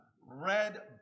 red